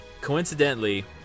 coincidentally